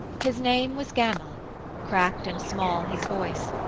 his name was gama cracked and small his voice,